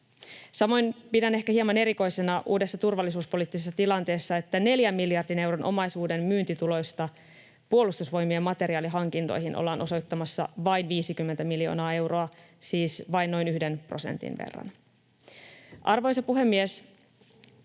Samoin pidän ehkä hieman erikoisena uudessa turvallisuuspoliittisessa tilanteessa, että neljän miljardin euron omaisuuden myyntituloista Puolustusvoimien materiaalihankintoihin ollaan osoittamassa vain 50 miljoonaa euroa, siis vain noin yhden prosentin verran. Arvoisa puhemies!